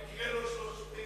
במקרה לא שלושתנו.